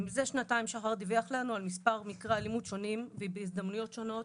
מזה שנתיים שחר דיווח לנו על מספר מקרי אלימות שונים ובהזדמנויות שונות